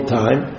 time